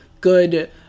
good